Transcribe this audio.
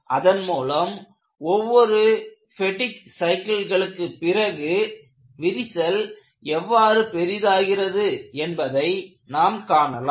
அதன் மூலம் ஒவ்வொரு பெடிக் சைக்கிளுக்கு பிறகு விரிசல் எவ்வாறு பெரிதாகிறது என்பதை நாம் காணலாம்